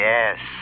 Yes